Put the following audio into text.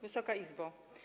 Wysoka Izbo!